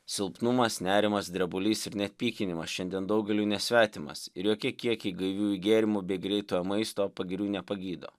silpnumas nerimas drebulys ir net pykinimas šiandien daugeliui nesvetimas ir jokie kiekiai gaiviųjų gėrimų bei greitojo maisto pagirių nepagydo